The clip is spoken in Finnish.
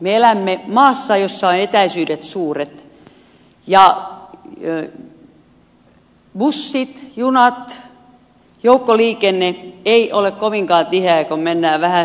me elämme maassa jossa etäisyydet ovat suuret ja bussi juna joukkoliikenne ei ole kovinkaan tiheää kun mennään vähän sivummalle